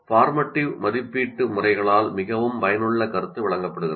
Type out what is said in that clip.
formative மதிப்பீட்டு முறைகளால் மிகவும் பயனுள்ள கருத்து வழங்கப்படுகிறது